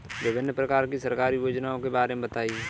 विभिन्न प्रकार की सरकारी योजनाओं के बारे में बताइए?